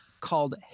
called